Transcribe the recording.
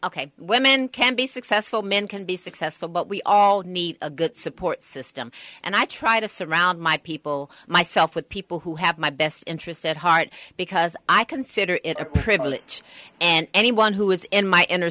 ok women can be successful men can be successful but we all need a good support system and i try to surround my people myself with people who have my best interests at heart because i consider it a privilege and anyone who is in my inner